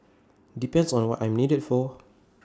depends on what I'm needed for